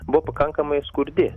buvo pakankamai skurdi